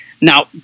Now